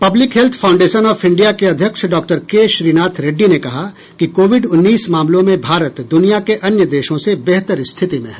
public health foundation of India के अध्यक्ष डॉ के श्रीनाथ रेड्डी ने कहा कि कोविड उन्नीस मामलों में भारत दुनिया के अन्य देशों से बेहतर स्थिति में है